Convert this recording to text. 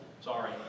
Sorry